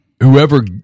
whoever